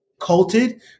colted